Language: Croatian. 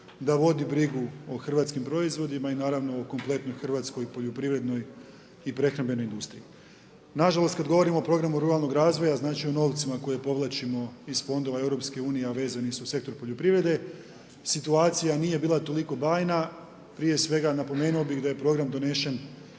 da vodi brigu o hrvatskim proizvodima i naravno o kompletnoj hrvatskoj poljoprivrednoj i prehrambenoj industriji. Nažalost kada govorimo o programu ruralnog razvoja, znači o novcima koje povlačimo iz fondova EU, a vezani su uz sektor poljoprivrede situacija nije bila toliko bajna. Prije svega napomenuo bih da je program donesen